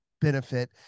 benefit